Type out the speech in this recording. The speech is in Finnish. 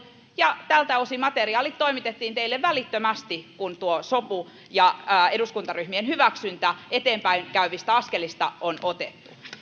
ja tältä osin materiaalit toimitettiin teille välittömästi kun sopu ja eduskuntaryhmien hyväksyntä eteenpäin käyvistä askelista on saatu